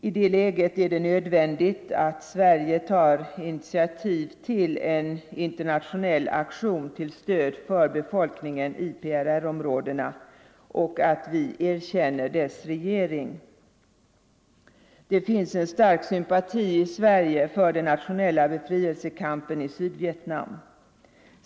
I det läget är det nödvändigt att Sverige tar initiativ till en internationell aktion till stöd för befolkningen i PRR områdena och att vi erkänner dess regering. Det finns en stark sympati i Sverige för den internationella befrielsekampen i Sydvietnam.